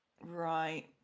Right